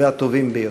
והטובים ביותר.